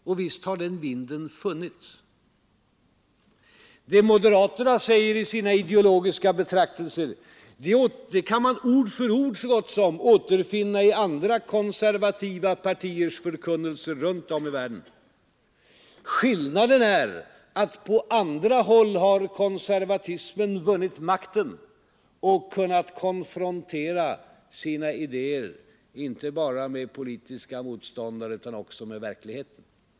Och visst har den vinden funnits. Det moderaterna säger i sina ideologiska betraktelser, det kan man ord för ord återfinna i andra konservativa partiers förkunnelser runt om i världen. Skillnaden är den att på andra håll har konservatismen vunnit makten och kunnat konfrontera sina idéer inte bara med sina politiska motståndare utan också med verkligheten.